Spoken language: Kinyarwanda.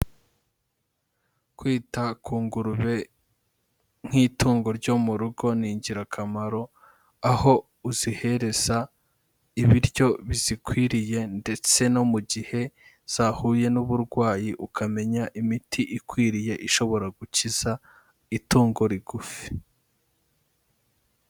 Kwita ku ngurube nk'itungo ryo mu rugo ni ingirakamaro, aho uzihereza ibiryo bizikwiriye ndetse no mu gihe zahuye n'uburwayi ukamenya imiti ikwiriye ishobora gukiza itungo rigufi.